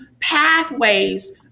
pathways